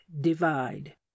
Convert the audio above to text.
divide